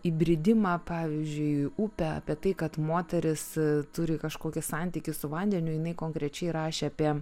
įbridimą pavyzdžiui į upę apie tai kad moteris turi kažkokį santykį su vandeniu jinai konkrečiai rašė apie